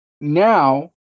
now